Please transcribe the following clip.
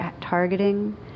targeting